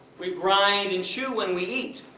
we grind and chew when we eat.